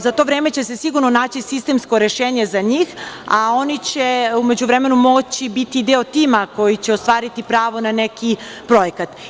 Za to vreme će se sigurno naći sistemsko rešenje za njih, a oni će u međuvremenu moći biti deo tima koji će ostvariti pravo na neki projekat.